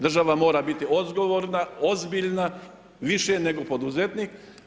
Država mora biti odgovorna, ozbiljna više nego poduzetnik.